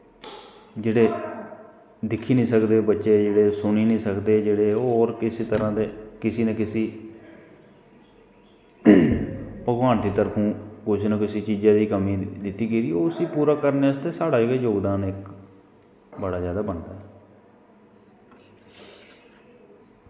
जेह्ड़े दिक्खी नी सकदे बच्चे ओह् जेह्ड़े सुनी नी सकदे जेह्ड़े होर किसी तरां दे किसी न किसी भगवान दी तरफों कुसै ना कुसै चीजे दी कमी दित्ती गेदी उसी पूरा करनै आस्तै साढ़ै गै जोगदान इक बड़ा जादा बनदा ऐ